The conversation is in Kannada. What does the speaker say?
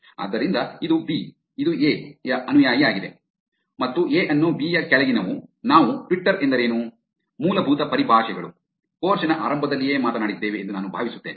ಆದ್ದರಿಂದ ಇದು ಬಿ ಇದು ಎ ಯ ಅನುಯಾಯಿಯಾಗಿದೆ ಮತ್ತು ಎ ಅನ್ನು ಬಿ ಯ ಕೆಳಗಿನವು ನಾವು ಟ್ವಿಟರ್ ಎಂದರೇನು ಮೂಲಭೂತ ಪರಿಭಾಷೆಗಳು ಕೋರ್ಸ್ ನ ಆರಂಭದಲ್ಲಿಯೇ ಮಾತನಾಡಿದ್ದೇವೆ ಎಂದು ನಾನು ಭಾವಿಸುತ್ತೇನೆ